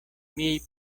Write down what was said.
miaj